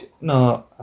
No